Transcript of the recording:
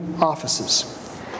offices